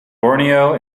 borneo